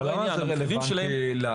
אבל למה זה רלוונטי לנו?